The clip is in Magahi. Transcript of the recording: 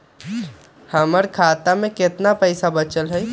हमर खाता में केतना पैसा बचल हई?